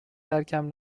ترکم